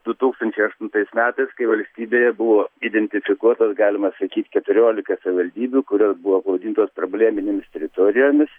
du tūkstančiai aštuntais metais kai valstybėje buvo identifikuotos galima sakyt keturiolika savivaldybių kurios buvo vadintos probleminėmis teritorijomis